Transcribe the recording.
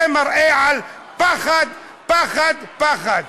זה מראה פחד, פחד, פחד.